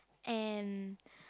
and